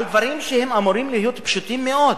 על דברים שהם אמורים להיות פשוטים מאוד,